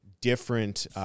different